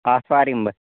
آتھوار یِمہٕ بہٕ